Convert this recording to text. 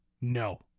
No